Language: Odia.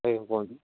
ଆଜ୍ଞା କୁହନ୍ତୁ